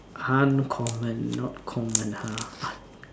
uncommon not common !huh!